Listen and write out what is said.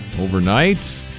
overnight